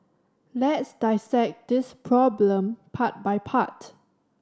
let's dissect this problem part by part